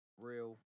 real